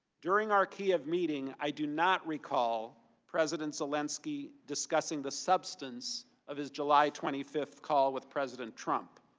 during our key of meeting i do not recall president zelensky discussing the substance of his july twenty fifth call with president trump.